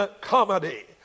comedy